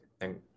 Thank